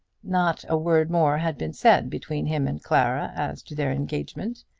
not a word more had been said between him and clara as to their engagement,